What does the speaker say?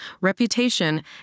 reputation